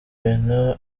bintu